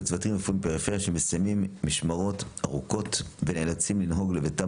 צוותים בפריפריה שמסיימים משמרות ארוכות ונאלצים לנהוג לביתם